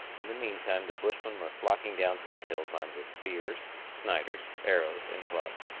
in the meantime the bushmen were flocking down from the hills armed with spears, sniders, arrows, and clubs,